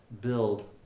build